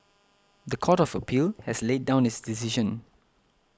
the Court of Appeal has laid down its decision